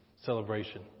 celebration